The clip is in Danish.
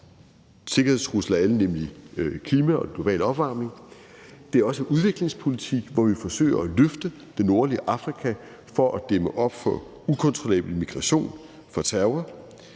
sikkerhedstrussel af alle, nemlig klimasituationen og den globale opvarmning. Det er også udviklingspolitik, hvor vi forsøger at løfte det nordlige Afrika for at dæmme op for ukontrollabel migration, for terror,